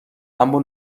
اما